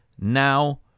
now